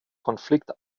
konflikt